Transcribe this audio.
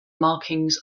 markings